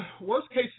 worst-case